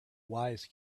wise